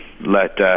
let